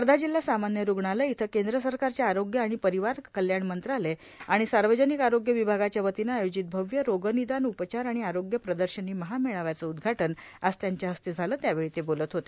वर्धा जिल्हा सामान्य रुग्णालय इथं केद्र सरकारच्या आरोग्य आणि परिवार कल्याण मंत्रालय आणि सार्वजनिक आरोग्य विभागाच्या वतीनं आयोजित भव्य रोगनिदान उपचार आणि आरोग्य प्रदर्शनी महामेळाव्याचं उद्घाटन आज त्यांच्या हस्ते झालं त्यावेळी ते बोलत होते